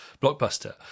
blockbuster